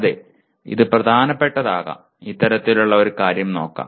അതെ ഇത് പ്രധാനപ്പെട്ടതാകാം ഇത്തരത്തിലുള്ള ഒരു കാര്യം നോക്കാം